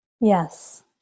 Yes